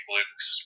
Luke's